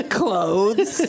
clothes